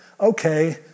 okay